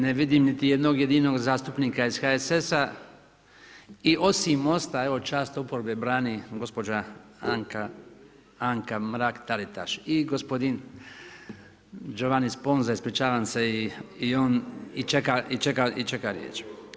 Ne vidim niti jednog jedinog zastupnika iz HSS-a i osim Mosta, evo čast oporbe, brani gospođa Anka Mrak Taritaš i gospodin Giovanni Sponza, ispričavam se i čeka riječ.